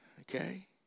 okay